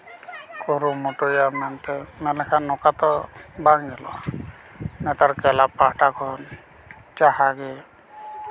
ᱠᱩᱨᱩᱢᱩᱴᱩᱭᱟ ᱢᱮᱱᱛᱮ ᱢᱮᱱᱞᱮᱠᱷᱟᱱ ᱱᱚᱝᱠᱟ ᱛᱚ ᱵᱟᱝ ᱧᱮᱞᱚᱜ ᱱᱮᱛᱟᱨ ᱠᱞᱟᱵᱽ ᱯᱟᱦᱚᱴᱟ ᱠᱷᱚᱱ ᱡᱟᱦᱟᱸᱜᱮ